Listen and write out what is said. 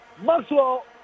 Maxwell